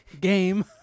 Game